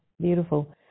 Beautiful